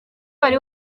wari